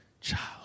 child